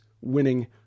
winning